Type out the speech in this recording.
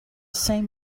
same